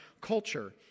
culture